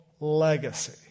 legacy